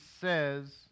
says